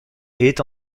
est